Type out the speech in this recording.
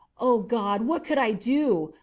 oh god! what could i do?